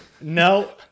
no